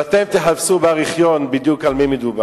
ואתם תחפשו בארכיון בדיוק על מי מדובר.